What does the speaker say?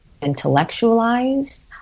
intellectualized